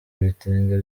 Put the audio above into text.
ibitenge